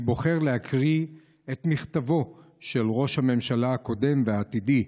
אני בוחר להקריא את מכתבו של ראש הממשלה הקודם והעתידי,